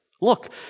Look